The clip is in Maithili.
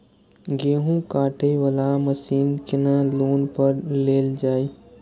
गेहूँ काटे वाला मशीन केना लोन पर लेल जाय?